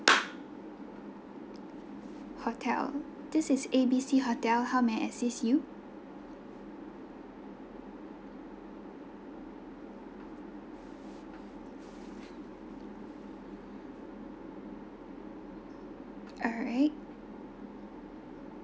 hotel this is A_B_C hotel how may I assist you alright